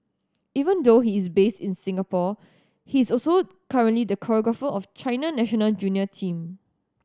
even though he is based in Singapore he is also currently the choreographer of China national junior team